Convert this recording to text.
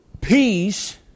peace